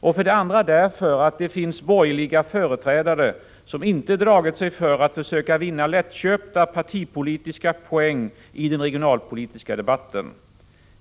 Och för det andra därför att det finns borgerliga företrädare, som inte dragit sig för att försöka vinna lättköpta partipolitiska poäng i den regionalpolitiska debatten.